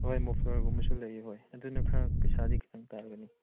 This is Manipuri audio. ꯍꯣꯏ ꯃꯣꯐꯐꯂꯔꯒꯨꯝꯕꯁꯨ ꯂꯩꯌꯦ ꯍꯣꯏ ꯑꯗꯨꯅ ꯈꯔ ꯄꯩꯁꯥꯗꯤ ꯈꯤꯇꯪ ꯇꯥꯒꯅꯤ